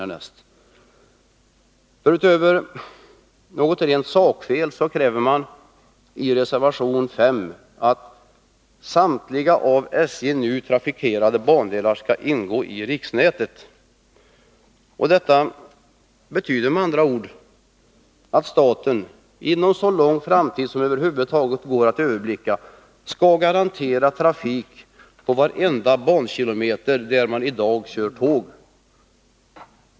Jag bortser nu ifrån att det i reservation 5 förekommer ett rent sakfel. Man kräver där att samtliga av SJ nu trafikerade bandelar skall ingå i riksnätet. Det betyder att staten under så lång framtid som över huvud taget kan överblickas skall garantera trafiken på varenda bankilometer där man i dag kör tåg.